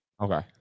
Okay